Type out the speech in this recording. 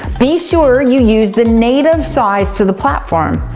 be sure you use the native size to the platform.